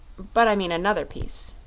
but i mean another piece?